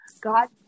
God